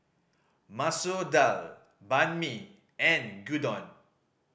Masoor Dal Banh Mi and Gyudon